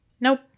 nope